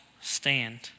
stand